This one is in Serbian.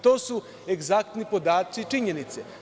To su egzaktni podaci i činjenice.